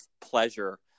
pleasure